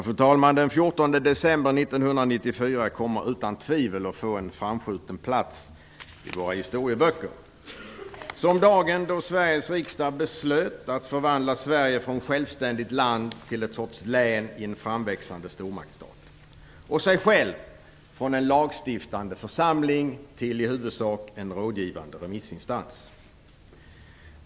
Fru talman! Den 14 december 1994 kommer utan tvivel att få en framskjuten plats i våra historieböcker som dagen då Sveriges riksdag beslöt att förvandla Sverige från självständigt land till ett sorts län i en framväxande stormaktsstat och riksdagen från en lagstiftande församling till en i huvudsak rådgivande remissinstans.